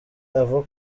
ava